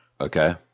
Okay